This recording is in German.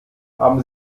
haben